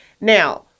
Now